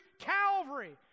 Calvary